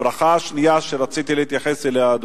הברכה השנייה שרציתי להתייחס אליה,